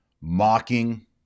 mocking